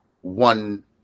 one